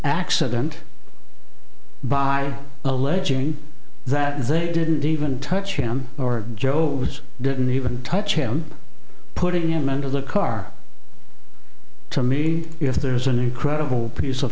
accident by alleging that they didn't even touch him or joe was didn't even touch him putting him into the car to me if there is an incredible piece of